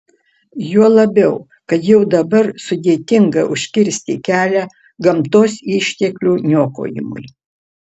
juo labiau kad jau dabar sudėtinga užkirsti kelią gamtos išteklių niokojimui